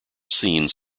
scenes